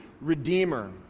redeemer